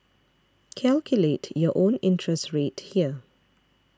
calculate your own interest rate here